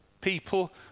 people